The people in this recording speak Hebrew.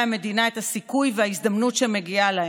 המדינה את הסיכוי וההזדמנות שמגיעים להם.